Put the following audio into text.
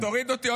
אתה תוריד אותי?